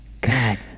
God